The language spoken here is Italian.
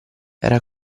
era